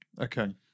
Okay